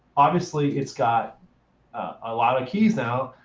obviously it's got a lot of keys now.